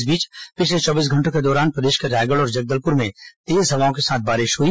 इस बीच पिछले चौबीस घंटों के दौरान प्रदेश के रायगढ़ और जगदलपुर में तेज हवाओं के साथ बारिश हुई